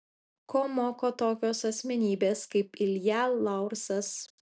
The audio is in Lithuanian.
ko moko tokios asmenybės kaip ilja laursas